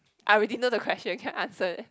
I really know the question you can answer it